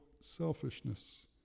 selfishness